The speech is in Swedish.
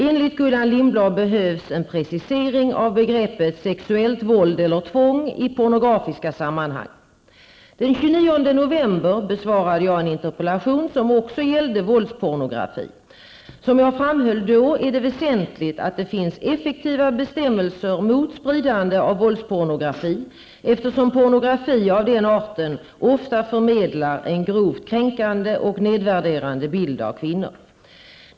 Enligt Gullan Lindblad behövs en precisering av begreppet ''sexuellt våld eller tvång'' i pornografiska sammanhang. Den 29 november besvarade jag en interpellation som också gällde våldspornografi. Som jag framhöll då är det väsentligt att det finns effektiva bestämmelser mot spridande av våldspornografi, eftersom pornografi av den arten ofta förmedlar en grovt kränkande och nedvärderande bild av kvinnor.